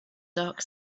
dark